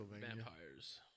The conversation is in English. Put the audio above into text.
Vampires